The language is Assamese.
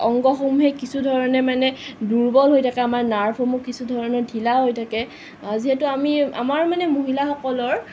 অংগসমূহে কিছু ধৰণে মানে দুৰ্বল হৈ থাকে আমাৰ নাৰ্ভসমূহ কিছু ধৰণে দুৰ্বল হৈ থাকে যিহেতু আমি আমাৰ মানে মহিলাসকলৰ